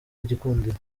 igikundiro